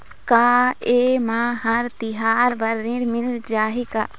का ये मा हर तिहार बर ऋण मिल जाही का?